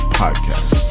podcast